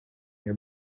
your